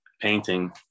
painting